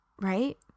right